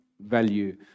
value